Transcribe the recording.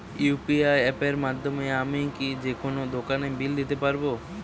UPI অ্যাপের মাধ্যমে আমি কি যেকোনো দোকানের বিল দিতে পারবো?